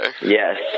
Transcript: Yes